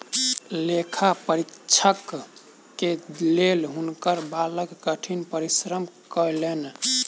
लेखा परीक्षक के लेल हुनकर बालक कठिन परिश्रम कयलैन